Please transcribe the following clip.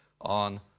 on